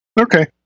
Okay